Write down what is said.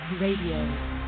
Radio